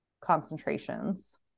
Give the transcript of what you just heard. concentrations